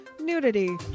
nudity